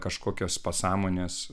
kažkokios pasąmonės